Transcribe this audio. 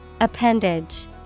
Appendage